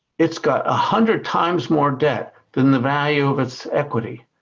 it's got a hundred times more debt than the value of its equity.